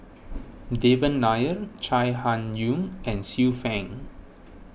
Devan Nair Chai Hon Yoong and Xiu Fang